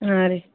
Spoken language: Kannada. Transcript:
ಹಾಂ ರೀ